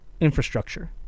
infrastructure